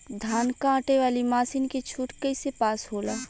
धान कांटेवाली मासिन के छूट कईसे पास होला?